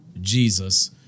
Jesus